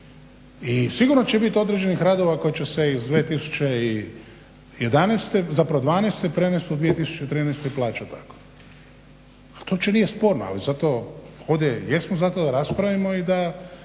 I sigurno će biti određenih radova koji će se iz 2011. zapravo dvanaeste prenesti u 2013. i plaćati tako. A to uopće nije sporno. Ali zato ovdje jesmo za to da raspravimo i da